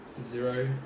zero